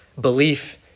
belief